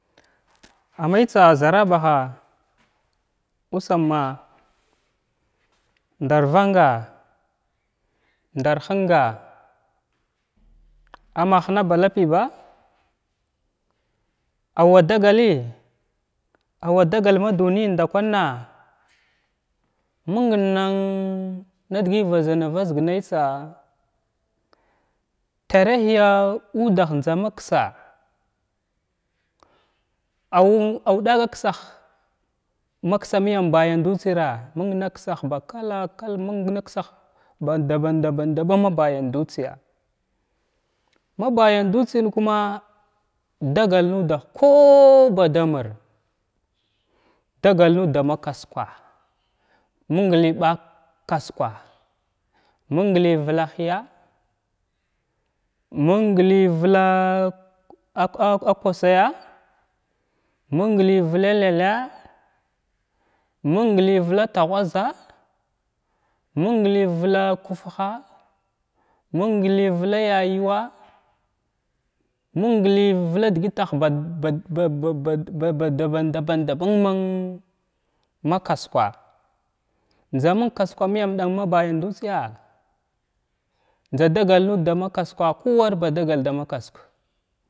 Amay tsa zarabaha usamma ndar vanga, ndar hənga, amma həna ba lapi ba awwa dagaləy awwa dagal ma dunəyən ndakwanya məng nan na dgya vazana vaza naytsa rarihaya uddah njza ma ksa aw aw daga ksah maksa məyam bayandutsəra məng naksa ba kala kal məng naksah daban daban ma bayandutsəya ma bayandutsəyən kuma dagal nudah ko’o ba damra dagal nud da ma kwaskwa məng ləy vlaa akwasaya, məngləy vla lak’a, məng ləy vla taghwaza, məng ləy vla kufha, məng ləy vla yayuwa, məng ləy vla dəgət tah ba ba ba ba ba badaban daban daban man makwaskwa njzaməng kwaskwa məyam ɗan ma bayan dutsəya njza dagal nud dama kwaskwa kuwar ba dagal damra kwaskwa.